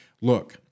look